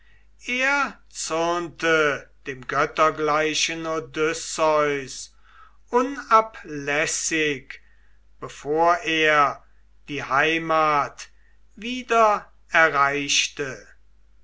er zürnte dem göttergleichen odysseus unablässig bevor er die heimat wieder erreichte